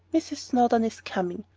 mrs. snowdon is coming.